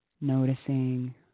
noticing